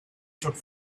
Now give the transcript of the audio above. should